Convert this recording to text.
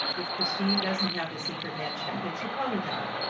if cristine doesn't have this intervention, then she'll probably die.